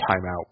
timeout